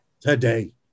Today